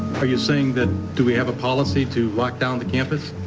are you saying that, do we have a policy to lock down the campus?